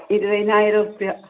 ഇരുപതിനായിരം റുപ്യ